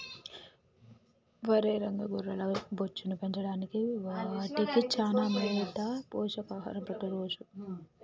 ఒరై రంగ గొర్రెల బొచ్చును పెంచడానికి వాటికి చానా మేత పోషక ఆహారం పెట్టు రోజూ